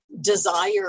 desire